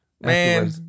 Man